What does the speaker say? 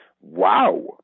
wow